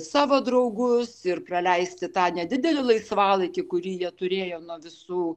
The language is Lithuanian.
savo draugus ir praleisti tą nedidelį laisvalaikį kurį jie turėjo nuo visų